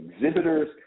exhibitors